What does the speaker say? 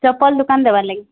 ଚପଲ୍ ଦୋକାନ୍ ଦେବାର୍ ଲାଗି